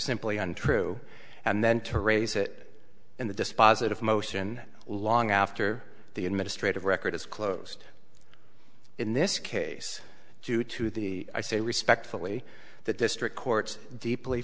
simply untrue and then to raise it in the dispositive motion long after the administrative record it's closed in this case due to the i say respectfully the district court's deeply